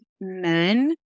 men